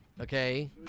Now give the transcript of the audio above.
okay